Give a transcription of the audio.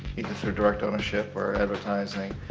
either through direct ownership or advertising.